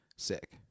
sick